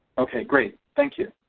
okay great. thank you